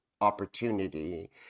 opportunity